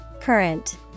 Current